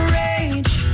rage